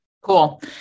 Cool